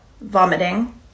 vomiting